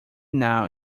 now